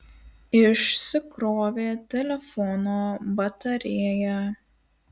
išsikrovė telefono batarėja